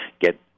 get